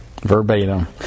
Verbatim